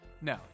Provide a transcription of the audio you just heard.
no